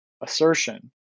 assertion